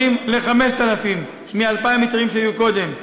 ל-5,000 מ-2,000 היתרים שהיו קודם,